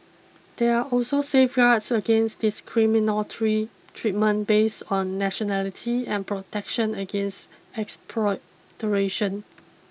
there are also safeguards against discriminatory treatment based on nationality and protection against expropriation